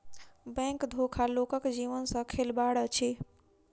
bank धोखा लोकक जीवन सॅ खेलबाड़ अछि